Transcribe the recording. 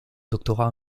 doctorat